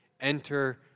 Enter